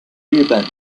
日本